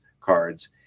cards